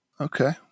Okay